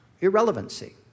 irrelevancy